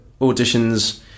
auditions